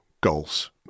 goals